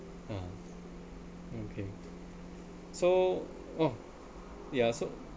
uh okay so oh so